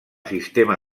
sistema